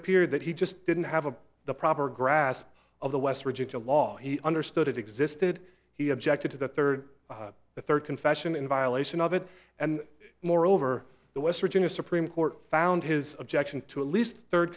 appeared that he just didn't have the proper grasp of the west virginia law he understood it existed he objected to the third the third confession in violation of it and moreover the west virginia supreme court found his objection to at least third